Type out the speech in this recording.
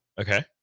Okay